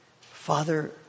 Father